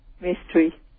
mystery